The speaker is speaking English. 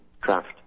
craft